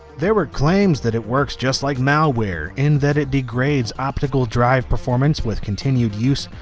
there were claims that it works just like malware in that it degrades optical drive performance with continued use,